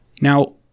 now